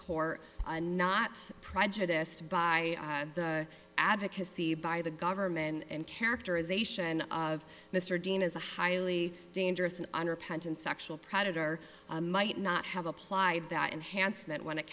court not prejudiced by the advocacy by the government and characterization of mr dean as a highly dangerous an unrepentant sexual predator might not have applied that enhanced that when it